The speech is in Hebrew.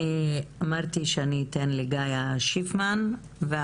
אני אמרתי שאני אתן את זכות הדיבור לגאיה שיפמן